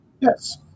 Yes